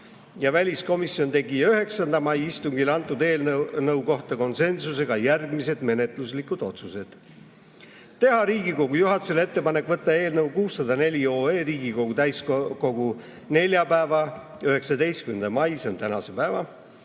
ja väliskomisjon tegi 9. mai istungil antud eelnõu kohta konsensusega järgmised menetluslikud otsused: teha Riigikogu juhatusele ettepanek võtta eelnõu 604 Riigikogu täiskogu neljapäeva, 19. mai – see on tänase päeva